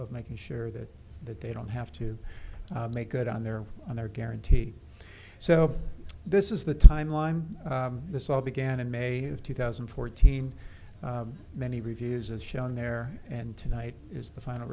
of making sure that they don't have to make good on their on their guarantee so this is the time line this all began in may of two thousand and fourteen many reviews as shown there and tonight is the final